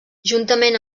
juntament